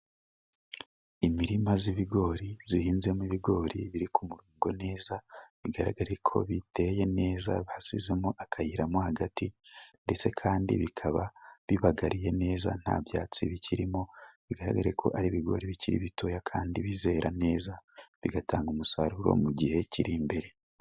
Imirima y'ibigori ihinzemo ibigori biri ku murongo neza, bigaragare ko biteye neza bashyizemo akayira mo hagati ndetse kandi bikaba bibagariye neza nta byatsi bikirimo, bigaragare ko ari ibigori bikiri bitoya kandi bizera neza bigatanga umusaruro mu gihe kiri imbere.